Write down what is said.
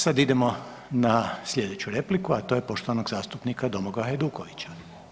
Sad idemo na sljedeću repliku, a to je poštovanog zastupnika Domagoja Hajdukovića.